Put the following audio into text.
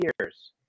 years